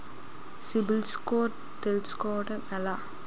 CIBIL score తెల్సుకోటం ఎలా?